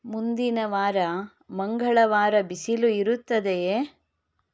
ಮುಂದಿನ ವಾರ ಮಂಗಳವಾರ ಬಿಸಿಲು ಇರುತ್ತದೆಯೇ